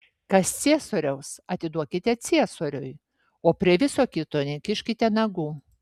kas ciesoriaus atiduokite ciesoriui o prie viso kito nekiškite nagų